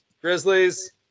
Grizzlies